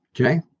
Okay